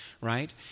Right